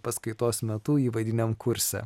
paskaitos metu įvadiniam kurse